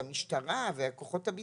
המשטרה וכוחות הביטחון,